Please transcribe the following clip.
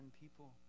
people